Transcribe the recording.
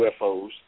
UFOs